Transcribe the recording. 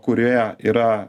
kurie yra